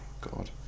god